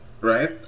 right